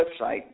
website